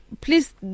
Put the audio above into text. Please